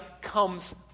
comes